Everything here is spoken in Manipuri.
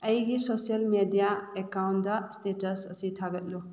ꯑꯩꯒꯤ ꯁꯣꯁꯦꯜ ꯃꯦꯗꯤꯌꯥ ꯑꯦꯀꯥꯎꯟꯗ ꯏꯁꯇꯦꯇꯁ ꯑꯁꯤ ꯊꯥꯒꯠꯂꯨ